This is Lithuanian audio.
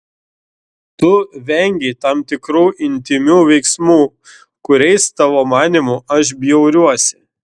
tu vengei tam tikrų intymių veiksmų kuriais tavo manymu aš bjauriuosi